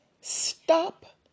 Stop